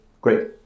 Great